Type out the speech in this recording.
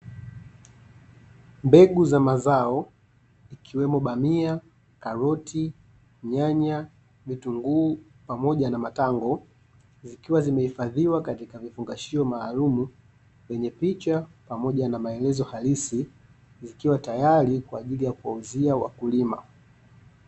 Mbegu za mazao ikiwemo bamia, karoti, nyanya, vitunguu pamoja na matango zikiwa zimehifadhiwa katika vifungashio maalumu vyenye picha pamoja na maelezo halisi zikiwa tayari kwa ajili ya kuwauuzia wakulima.